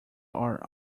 are